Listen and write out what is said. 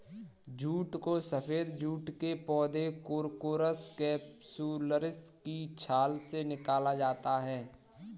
jute को सफेद जूट के पौधे कोरकोरस कैप्सुलरिस की छाल से निकाला जाता है